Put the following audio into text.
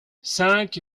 cinq